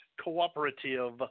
cooperative